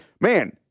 man